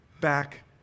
back